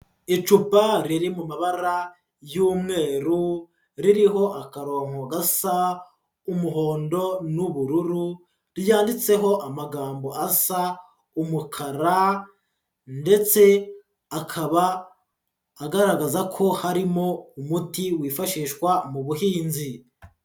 Icupa riri mu mabara y'umweru ririho akarongo gasa umuhondo n'ubururu, ryanditseho amagambo asa umukara ndetse akaba agaragaza ko harimo umuti wifashishwa mu buhinzi.